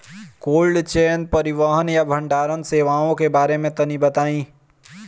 Cold chain परिवहन या भंडारण सेवाओं के बारे में तनी बताई?